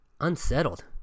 Unsettled